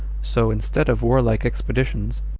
so, instead of warlike expeditions,